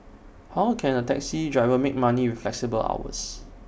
how can A taxi driver make money with flexible hours